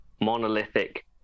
monolithic